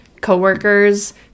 coworkers